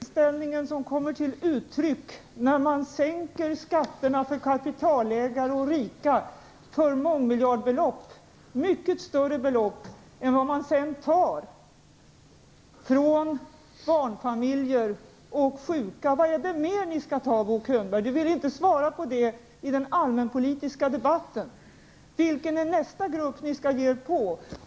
Herr talman! Är det den inställningen som kommer till uttryck när man sänker skatterna för kapitalägare och rika med mångmiljardbelopp -- mycket större belopp än vad man sedan tar från barnfamiljer och sjuka? Vad är det mer ni skall ta, Bo Könberg? Ni ville inte svara på det i den allmänpolitiska debatten. Vilken är nästa grupp ni skall ge er på?